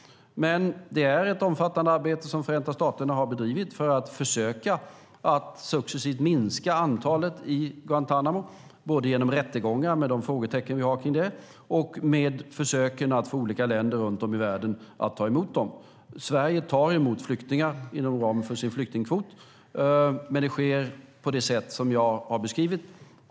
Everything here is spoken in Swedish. Det är ett omfattande arbete som Förenta staterna har bedrivit för att försöka att successivt minska antalet i Guantánamo både genom rättegångar, med de frågetecken vi har kring det, och med försöken att få olika länder att runt om i världen att ta emot dem. Sverige tar emot flyktingar inom ramen för sin flyktingkvot. Men det sker på det sätt som jag har beskrivit.